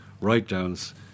write-downs